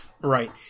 Right